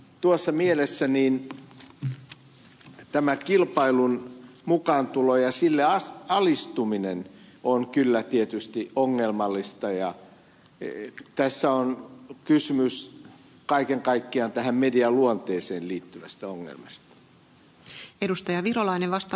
tuossa mielessä tämä kilpailun mukaantulo ja sille alistuminen on kyllä tietysti ongelmallista ja tässä on kysymys kaiken kaikkiaan median luonteeseen liittyvästä ongelmasta